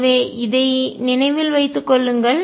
எனவே இதை நினைவில் வைத்துக் கொள்ளுங்கள்